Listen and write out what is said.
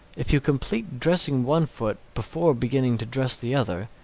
if you complete dressing one foot before beginning to dress the other,